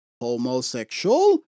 homosexual